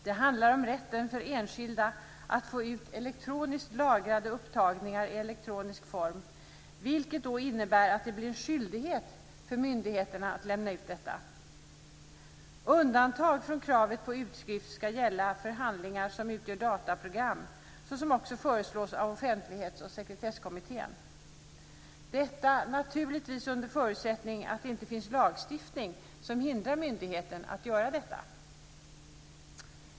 Det handlar om rätten för enskilda att få ut elektroniskt lagrade upptagningar i elektronisk form, vilket innebär att det blir en skyldighet för myndigheterna att lämna ut dem. Undantag från kravet på utskrift ska gälla för handlingar som utgör dataprogram, såsom också föreslås av Offentlighets och sekretesskommittén. Detta gäller naturligtvis under förutsättning att det inte finns lagstiftning som hindrar myndigheten att göra det.